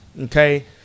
okay